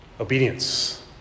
obedience